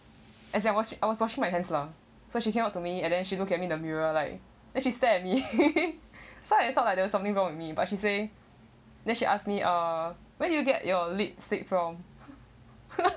as I was wash I was washing my hands lah so she came up to me and then she look at me in the mirror like then she stared at me so I thought like there was something wrong with me but she say then she ask me uh where do you get your lipstick from